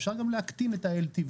אפשר גם להקטין את ה-LTV,